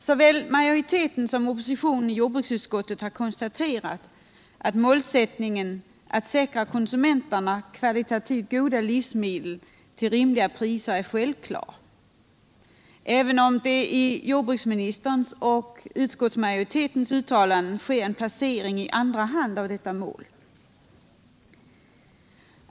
Såväl majoriteten som oppositionen i jordbruksutskottet har konstaterat att målsättningen att säkra konsumenterna kvalitativt goda livsmedel till rimliga priser är självklar, även om det i jordbruksministerns och utskottsmajoritetens uttalanden sker en placering i andra hand av detta mål.